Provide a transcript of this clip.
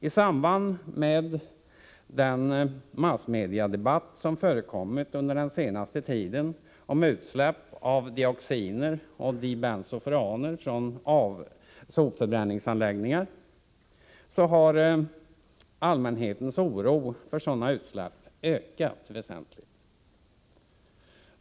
I samband med den massmediadebatt som förekommit under den senaste tiden om utsläpp av dioxiner och dibensofuraner från sopförbränningsanläggningar har allmänhetens oro för sådana utsläpp ökat väsentligt.